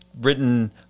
written